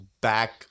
back